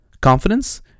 confidence